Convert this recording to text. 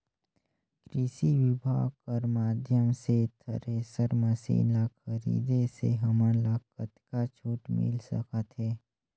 कृषि विभाग कर माध्यम से थरेसर मशीन ला खरीदे से हमन ला कतका छूट मिल सकत हे?